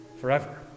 forever